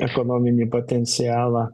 ekonominį potencialą